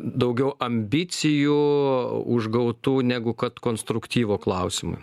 daugiau ambicijų užgautų negu kad konstruktyvo klausimą